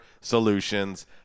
Solutions